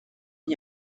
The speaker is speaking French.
n’y